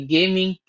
Gaming